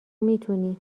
میتونی